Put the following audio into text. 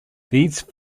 these